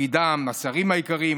השרים העיקריים,